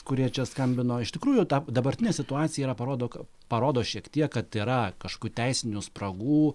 kurie čia skambino iš tikrųjų ta dabartinė situacija yra parodo ką parodo šiek tiek kad yra kažkokių teisinių spragų